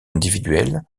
individuelle